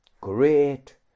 Great